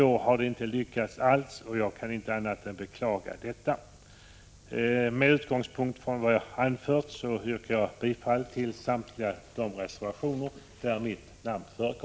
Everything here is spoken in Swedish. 1985/86:106 lyckats med detta, och jag kan inte annat än beklaga det förhållandet. 2 april 1986 Med utgångspunkt i vad jag anfört yrkar jag bifall till samtliga reservatio ner där mitt namn förekommer.